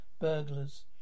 burglars